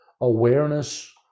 awareness